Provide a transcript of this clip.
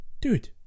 dude